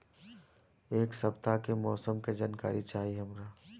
एक सपताह के मौसम के जनाकरी चाही हमरा